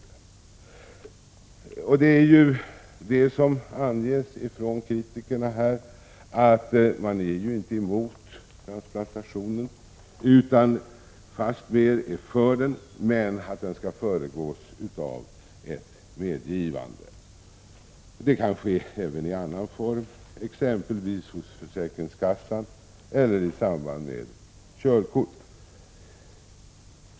Som anges är de som är kritiska mot lagförslaget inte motståndare till transplantationer av organ, utan fastmer för dem, men de vill att sådana skall föregås av ett medgivande. Det kan ske även i annan form, exempelvis hos försäkringskassan eller i samband med körkort.